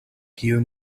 kiu